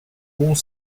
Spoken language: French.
pont